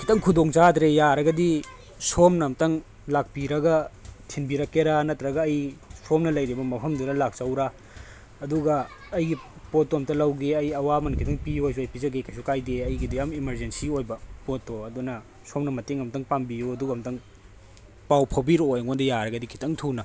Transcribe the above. ꯈꯤꯇꯪ ꯈꯨꯗꯣꯡ ꯆꯥꯗ꯭ꯔꯦ ꯌꯥꯔꯒꯗꯤ ꯁꯣꯝꯅ ꯑꯃꯨꯛꯇꯪ ꯂꯥꯛꯄꯤꯔꯒ ꯊꯤꯟꯕꯤꯔꯛꯀꯦꯔ ꯅꯠꯇ꯭ꯔꯒ ꯑꯩ ꯁꯣꯝꯅ ꯂꯩꯔꯤꯕ ꯃꯐꯝꯗꯨꯗ ꯂꯥꯛꯆꯧꯔ ꯑꯗꯨꯒ ꯑꯩꯒꯤ ꯄꯣꯠꯇꯣ ꯑꯝꯇ ꯂꯧꯒꯦ ꯑꯩ ꯑꯋꯥꯃꯟ ꯈꯤꯇꯪ ꯄꯤꯌꯣꯁꯨ ꯑꯩ ꯄꯤꯖꯒꯦ ꯀꯩꯁꯨ ꯀꯥꯏꯗꯦ ꯑꯩꯒꯤꯗꯤ ꯌꯥꯝ ꯏꯃꯥꯔꯖꯦꯟꯁꯤ ꯑꯣꯏꯕ ꯄꯣꯠꯇꯣ ꯑꯗꯨꯅ ꯁꯣꯝꯅ ꯃꯇꯦꯡ ꯑꯝꯇꯪ ꯄꯥꯡꯕꯤꯌꯨ ꯑꯗꯨꯒ ꯄꯥꯎ ꯐꯥꯎꯕꯤꯔꯛꯑꯣ ꯑꯩꯉꯣꯟꯗ ꯌꯥꯔꯒꯗꯤ ꯈꯤꯇꯪ ꯊꯨꯅ